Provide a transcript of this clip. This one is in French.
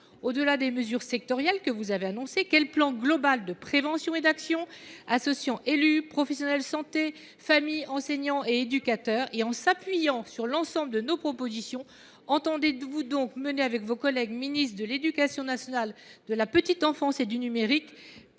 Au delà des mesures sectorielles que vous avez annoncées, quel plan global de prévention et d’action, associant élus, professionnels de santé, familles, enseignants et éducateurs, et en prenant appui sur l’ensemble de nos propositions, entendez vous mener avec vos collègues membres du Gouvernement chargés de l’éducation nationale, de la petite enfance et du numérique ?